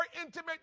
intimate